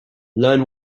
learn